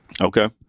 okay